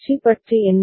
C பற்றி என்ன